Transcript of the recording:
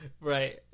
Right